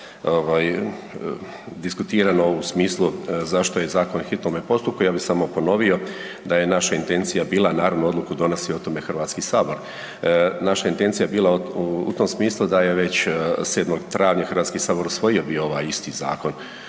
diskutirano u smislu zašto je zakon u hitnome postupku. Ja bih samo ponovio da je naša intencija bila, naravno odluku donosi o tome HS, naša intencija je bila u tom smislu da je već 7. travnja HS bio usvojio ovaj zakon